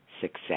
success